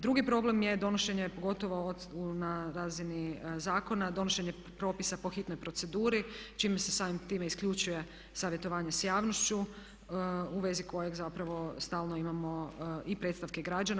Drugi problem je donošenje, pogotovo na razini zakona, donošenje propisa po hitnoj proceduri čime se samim time isključuje savjetovanje s javnošću u vezi kojeg zapravo stalno imamo i predstavke građana.